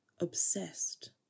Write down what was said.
Obsessed